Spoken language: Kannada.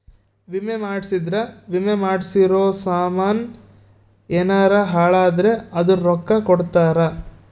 ವಿಮೆ ಮಾಡ್ಸಿದ್ರ ವಿಮೆ ಮಾಡ್ಸಿರೋ ಸಾಮನ್ ಯೆನರ ಹಾಳಾದ್ರೆ ಅದುರ್ ರೊಕ್ಕ ಕೊಡ್ತಾರ